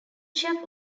chef